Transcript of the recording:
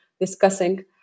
discussing